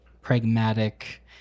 pragmatic